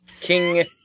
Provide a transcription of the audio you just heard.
King